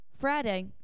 Friday